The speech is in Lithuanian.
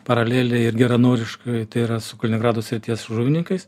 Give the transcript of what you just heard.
paraleliai ir geranoriškai tai yra su kaliningrado srities žuvininkais